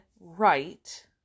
right